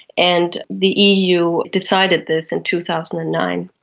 and the eu decided this in two thousand and nine.